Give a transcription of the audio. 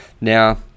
now